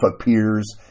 appears